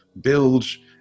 bilge